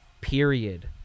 period